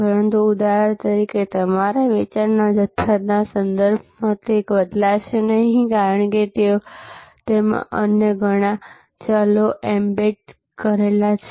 પરંતુ ઉદાહરણ તરીકે તમારા વેચાણના જથ્થાના સંદર્ભમાં તે બદલાશે નહીં કારણ કે તેમાં અન્ય ઘણા ચલો એમ્બેડ કરેલા છે